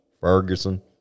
Ferguson